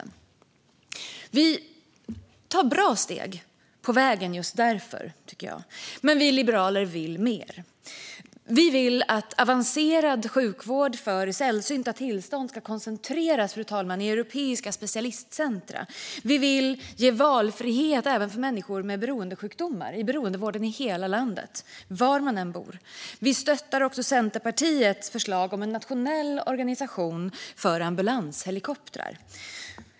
Vi tar bra steg på vägen, men vi liberaler vill mer. Vi vill att avancerad sjukvård för sällsynta tillstånd ska koncentreras i europeiska specialistcentrum. Vi vill ge valfrihet även för människor med beroendesjukdomar, inom beroendevården i hela landet, var man än bor. Vi stöttar Centerpartiets förslag om en nationell organisation för ambulanshelikoptrar.